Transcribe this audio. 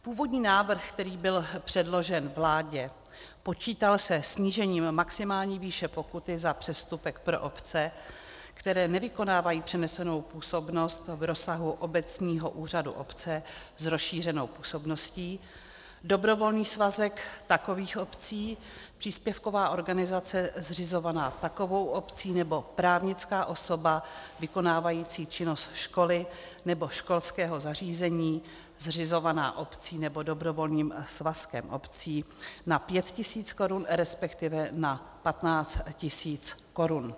Původní návrh, který byl předložen vládě, počítal se snížením maximální výše pokuty za přestupek pro obce, které nevykonávají přenesenou působnost v rozsahu obecního úřadu obce s rozšířenou působností, dobrovolný svazek takových obcí, příspěvkové organizace zřizované takovou obcí nebo právnickou osobu vykonávající činnost školy nebo školského zařízení zřizovanou obcí nebo dobrovolným svazkem obcí na 5 tisíc korun, respektive na 15 tisíc korun.